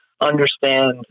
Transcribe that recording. understand